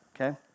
okay